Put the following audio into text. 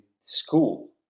school